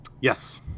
Yes